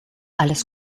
alles